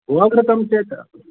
गोघृतं चेत्